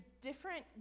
different